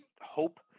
hope